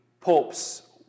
popes